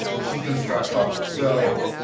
ah she's going to start talking. so,